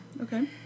Okay